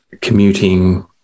commuting